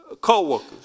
co-workers